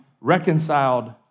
reconciled